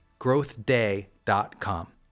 growthday.com